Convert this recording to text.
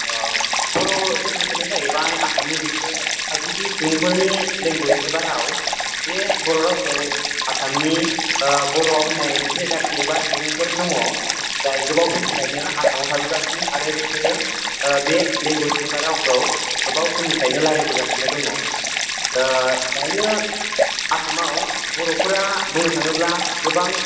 अ बर' लेंगुवेजआनो जाहैबाय आसामनि मोनसे थागिबि सुबुंफोरनि लेंगुवेज एबा राव बे बर' रावखौ आसामनि बर' होननाय मोनसे जाथि एबा सुबुंफोर दङ जाय गोबाव समनिफ्रायनो आसामाव थाबोगासिनो आरो बिसोरो बे लेंगुवेज एबा रावखौ गोबाव समनिफ्रायनो रायज्लायबोगासिनो दङ दायो आसामाव बर'फोरा बुंनो थाङोब्ला गोबां